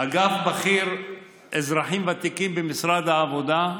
אגף בכיר אזרחים ותיקים במשרד העבודה,